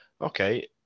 okay